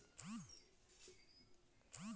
रमेशेर सोफा नरम लकड़ीर बनाल छ